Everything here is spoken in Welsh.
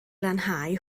lanhau